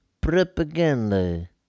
propaganda